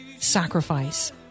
sacrifice